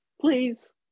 Please